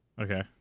Okay